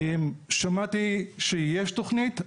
שמעתי שיש תוכנית.